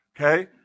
Okay